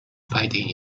fighting